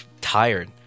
tired